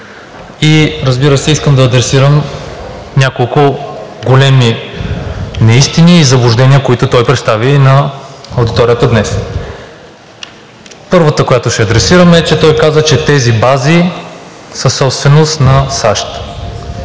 и разбира се, искам да адресирам няколко големи неистини и заблуждения, които той представи на аудиторията днес. Първата, която ще адресирам, е, че той каза, че тези бази са собственост на САЩ.